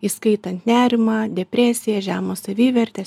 įskaitant nerimą depresiją žemos savivertės